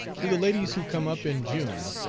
to the ladies who come up in june,